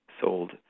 sold